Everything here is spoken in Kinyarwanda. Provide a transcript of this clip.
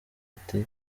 ati